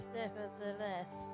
nevertheless